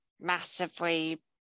massively